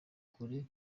kure